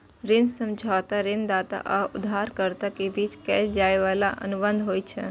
ऋण समझौता ऋणदाता आ उधारकर्ता के बीच कैल जाइ बला अनुबंध होइ छै